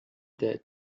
that